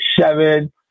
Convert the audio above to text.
seven